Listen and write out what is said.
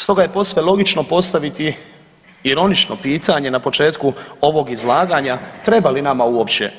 Stoga je posve logično postaviti ironično pitanje na početku ovog izlaganja treba li nama uopće